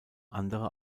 andere